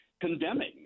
Condemning